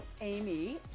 Amy